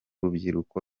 rubyiruko